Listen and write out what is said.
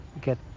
get